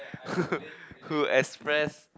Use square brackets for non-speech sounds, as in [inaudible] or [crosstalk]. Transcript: [laughs] who express